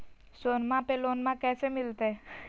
सोनमा पे लोनमा कैसे मिलते?